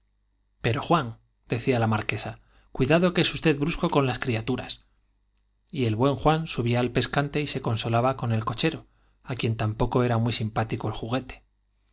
pero juan le decía la marquesa j cuidado que es usted brusco con las criaturas y el bueñ juan subía al pescante y se consolaba con el cochero á quien tampoco era muy simpático el juguete